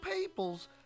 people's